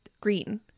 green